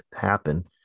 happen